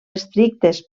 estrictes